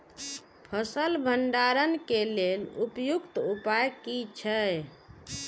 फसल भंडारण के लेल उपयुक्त उपाय कि छै?